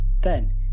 Then